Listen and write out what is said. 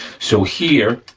so here,